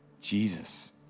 jesus